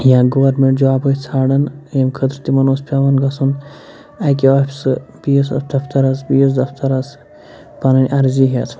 یا government job ٲسۍ ژھانڈان ییٚمہِ خٲطرٕ تِمَن اوس پٮ۪وان گژھُن اَکہِ آفسہِ بیٚیِس دفترَس بیٚیِس دفترَس پَنٕنۍ عرضی ہٮ۪تھ